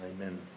Amen